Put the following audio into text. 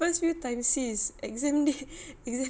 first few times sis exam exam